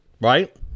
Right